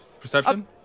Perception